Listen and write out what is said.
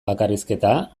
bakarrizketa